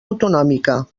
autonòmica